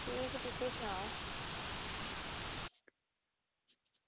ठीक तुस ई सनाओ